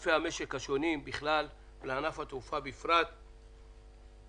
לענפי המשק השונים בכלל ולענף התעופה בפרט, כגון: